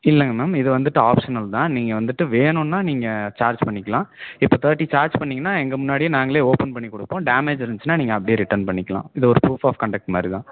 இல்லைங்க மேம் இது வந்துட்டு ஆப்ஷனல் தான் நீங்கள் வந்துட்டு வேணும்னால் நீங்கள் சார்ஜ் பண்ணிக்கலாம் இப்போ தேர்ட்டி சார்ஜ் பண்ணிங்கனால் எங்கள் முன்னாடியே நாங்களே ஓப்பேன் பண்ணி கொடுப்போம் டேமேஜ் இருந்துச்சுனால் நீங்கள் அப்படியே ரிட்டன் பண்ணிக்கலாம் இது ப்ரூஃப் ஆஃப் கன்டெக்ட் மாதிரி தான்